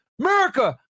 america